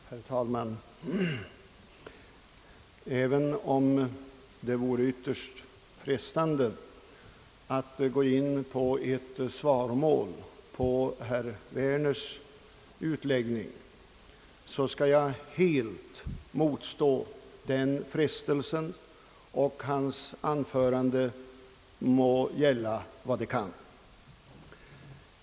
Herr talman! Även om det vore yttest frestande att gå in på ett svaromål på herr Werners utläggning, skall jag helt motstå den frestelsen. Hans anförande må gälla för vad det kan.